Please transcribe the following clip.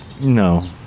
No